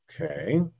Okay